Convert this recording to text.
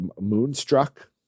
Moonstruck